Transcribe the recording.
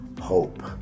hope